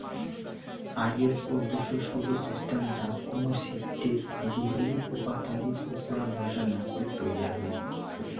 ISO দুশো ষোল সিস্টামটা কুনো শীটের দীঘলি ওপাতালির উপুরা ভরসা না করি তৈয়ার হই